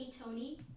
Tony